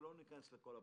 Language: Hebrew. ולא ניכנס לכל הפרטים,